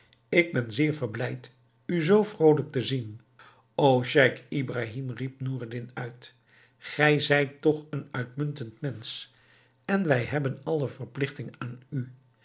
ik ben zeer verblijd u zoo vrolijk te zien o scheich ibrahim riep noureddin gij zijt toch een uitmuntend mensch en wij hebben alle verpligting aan u